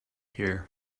here